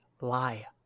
Lie